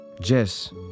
Jess